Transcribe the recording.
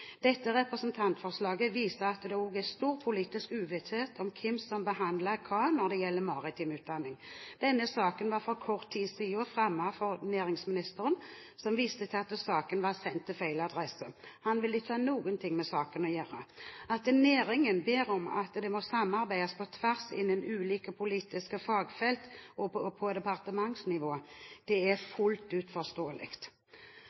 Dette representantforslaget viser at det også er stor politisk uvisshet om hvem som behandler hva når det gjelder maritim utdanning. Denne saken ble for kort tid siden fremmet for næringsministeren, som viste til at saken var sendt til feil adresse; han ville ikke ha noe med saken å gjøre. At næringen ber om at det må samarbeides på tvers av ulike politiske fagfelt og på departementsnivå, er fullt ut forståelig. Det er